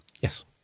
Yes